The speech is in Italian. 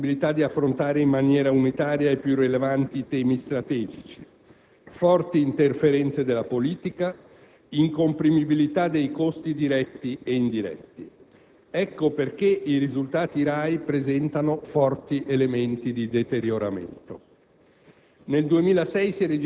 che rende problematica la possibilità di affrontare in maniera unitaria i più rilevanti temi strategici; forti interferenze della politica; incomprimibilità dei costi diretti e indiretti. Ecco perché i risultati RAI presentano forti elementi di deterioramento.